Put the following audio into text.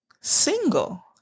single